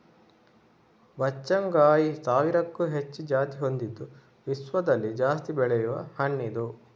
ಬಚ್ಚಗಾಂಯಿ ಸಾವಿರಕ್ಕೂ ಹೆಚ್ಚು ಜಾತಿ ಹೊಂದಿದ್ದು ವಿಶ್ವದಲ್ಲಿ ಜಾಸ್ತಿ ಬೆಳೆಯುವ ಹಣ್ಣಿದು